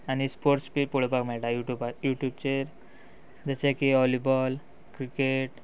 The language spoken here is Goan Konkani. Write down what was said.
आनी स्पोर्ट्स बी पळोवपाक मेळटा युट्यूबार यू ट्यूबचेर जशे की वॉलीबॉल क्रिकेट